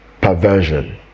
perversion